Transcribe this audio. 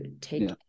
take